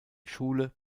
schule